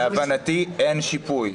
להבנתי אין שיפוי.